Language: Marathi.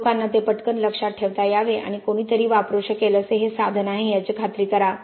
लोकांना ते पटकन लक्षात ठेवता यावे आणि कोणीतरी वापरू शकेल असे हे साधन आहे याची खात्री करा